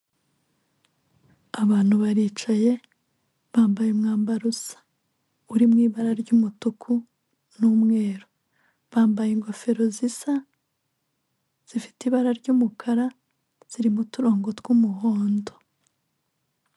Abantu baricaye, bambaye umwambaro usa uri mu ibara ry'umutuku n'umweru. Bambaye ingofero zisa zifite ibara ry'umukara zirimo uturongo tw'umuhondo.